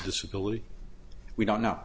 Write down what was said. disability we don't know